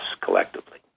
collectively